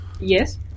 Yes